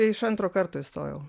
iš antro karto įstojau